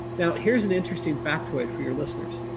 now, here's an interesting factoid for your listeners.